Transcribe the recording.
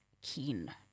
keen